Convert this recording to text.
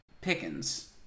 pickens